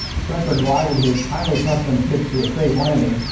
spencer glided his highly custom pits to a safe landing.